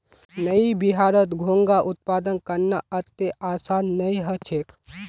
नइ बिहारत घोंघा उत्पादन करना अत्ते आसान नइ ह छेक